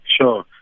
Sure